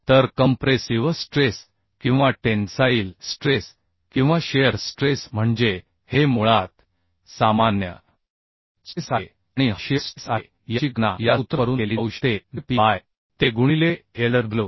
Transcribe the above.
तर compressive stress किंवा tensile stress किंवा शिअर स्ट्रेस म्हणजे हे मुळात सामान्य स्ट्रेस आहे आणि हा शिअर स्ट्रेस आहे याची गणना या सूत्रावरून केली जाऊ शकते जे P बाय te गुणिले Lw